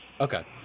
Okay